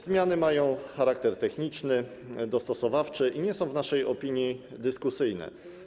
Zmiany mają charakter techniczny, dostosowawczy i nie są w naszej opinii dyskusyjne.